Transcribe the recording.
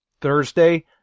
Thursday